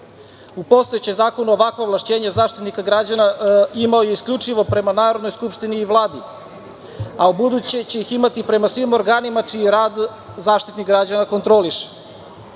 U postojećem zakonu ovakva ovlašćenja Zaštitnik građana imao je isključivo prema Narodnoj skupštini i Vladi, a ubuduće će ih imati i prema svim organima čiji rad Zaštitnik građana kontroliše. Takođe,